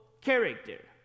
character